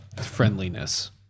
friendliness